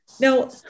Now